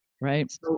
right